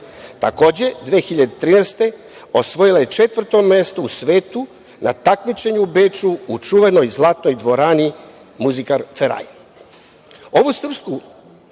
godine osvojila je četvrto mesto u svetu na takmičenju u Beču u čuvenoj zlatnoj dvorani „Muzika Faraj“.